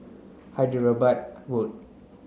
Hyderabad Road